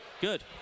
Good